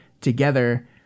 together